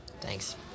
Thanks